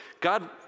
God